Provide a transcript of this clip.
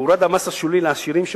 והורד המס השולי לעשירים,